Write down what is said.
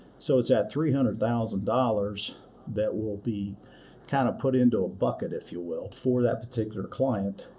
so, it's at three hundred thousand dollars that will be kind of put into a bucket, if you will, for that particular client,